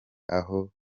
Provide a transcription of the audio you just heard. aho